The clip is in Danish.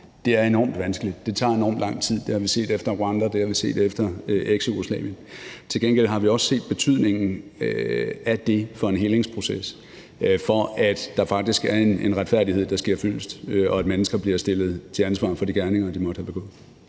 Det er enormt vanskeligt. Det tager enormt lang tid. Det har vi set efter Rwanda, det har vi set efter Eksjugoslavien. Til gengæld har vi også set betydningen af det i forhold til en helingsproces; at det faktisk er sådan, at retfærdigheden sker fyldest, og at mennesker bliver stillet til ansvar for de gerninger, de måtte have begået.